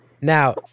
Now